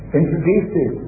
introduces